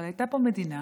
אבל הייתה פה מדינה,